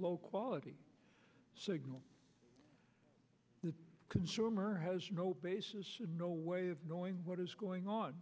low quality signal the consumer has no basis and no way of knowing what is going on